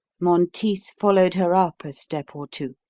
monteith followed her up a step or two.